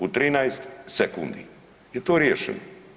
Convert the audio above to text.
U 13 sekundi je to riješeno.